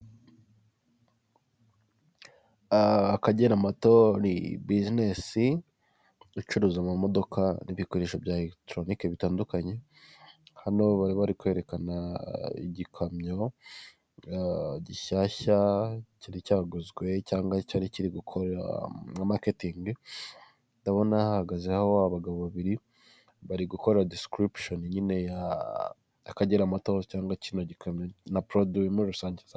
Akagera moto ni bizinesi icuruza amamodoka n'ibikoresho bya elegitoronike bitandukanye, hano bari bari kwerekana igikamyo gishyashya cyari cyaguzwe cyangwa cyari kiri gukora nka maketingi ndabona hahagaze aho abagabo babiri bari gukora disikiribushoni nyine y’akagera moto cyangwa na poroduwi muri rusange.